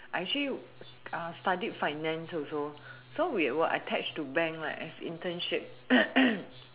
I actually studied finance also so we were attached to bank leh as internship